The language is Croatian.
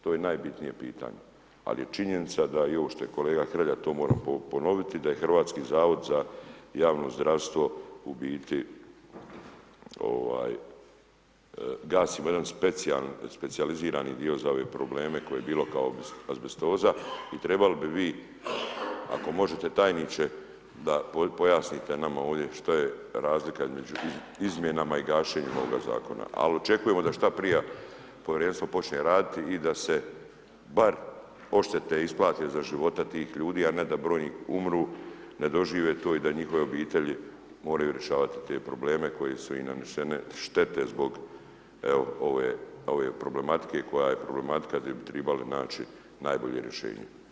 To je najbitnije pitanje, ali je činjenica da i ovo što je kolega Hrelja, to moram ponoviti, da je Hrvatski zavod za javno zdravstvo u biti, gasimo jedan specijalizirani dio za ove probleme koji je bio kao azbestoza i trebali bi vi, ako možete tajniče da pojasnite nama ovdje što je razlika između izmjenama i gašenja ovoga zakona, ali očekujemo da što prije Povjerenstvo počne raditi i da se bar odštete isplate za života tih ljudi, a ne da brojni umru, ne dožive to i da njihove obitelji moraju rješavati te probleme, koje su im nanesene štete zbog, evo ove problematike, koja je problematika gdje bi trebali naći najbolje rješenje.